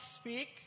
speak